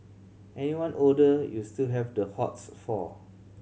anyone older you still have the hots for